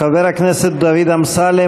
חבר הכנסת דוד אמסלם,